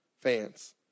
fans